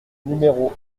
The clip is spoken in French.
numéro